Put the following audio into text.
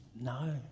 no